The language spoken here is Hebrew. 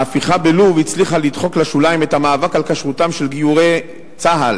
ההפיכה בלוב הצליחה לדחוק לשוליים את המאבק על כשרותם של גיורי צה"ל,